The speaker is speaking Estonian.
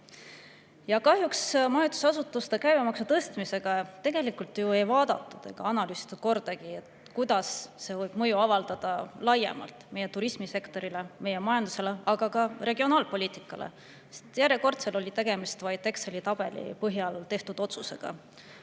Majutusasutuste käibemaksu tõstmise puhul kahjuks ju ei vaadatud ega analüüsitud kordagi, kuidas see võib mõju avaldada laiemalt meie turismisektorile, meie majandusele, aga ka regionaalpoliitikale. Järjekordselt oli tegemist vaid Exceli tabeli põhjal tehtud otsusega: